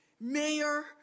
Mayor